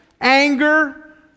anger